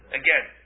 again